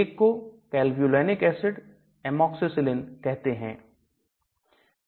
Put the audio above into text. एक को Clavulanic acid Amoxicillin कहते हैं